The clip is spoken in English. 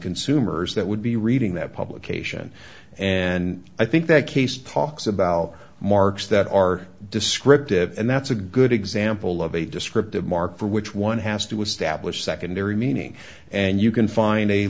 consumers that would be reading that publication and i think that case talks about marks that are descriptive and that's a good example of a descriptive mark for which one has to establish secondary meaning and you can find a